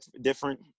different